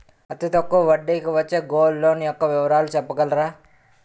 అతి తక్కువ వడ్డీ కి వచ్చే గోల్డ్ లోన్ యెక్క వివరాలు చెప్పగలరా?